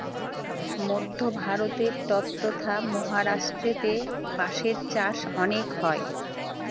মধ্য ভারতে ট্বতথা মহারাষ্ট্রেতে বাঁশের চাষ অনেক হয়